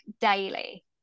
daily